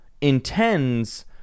intends